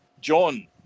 John